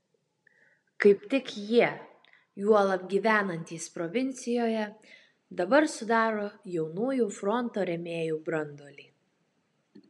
kaip tik jie juolab gyvenantys provincijoje dabar sudaro jaunųjų fronto rėmėjų branduolį